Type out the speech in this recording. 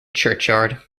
churchyard